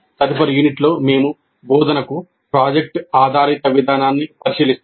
తదుపరి యూనిట్లో మేము బోధనకు ప్రాజెక్ట్ ఆధారిత విధానాన్ని పరిశీలిస్తాము